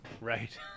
right